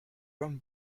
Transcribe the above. run